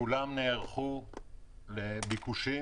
כולם נערכו לביקושים.